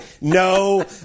no